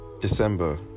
december